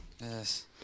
Yes